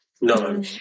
no